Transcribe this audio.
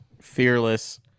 fearless